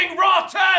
ROTTEN